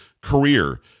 career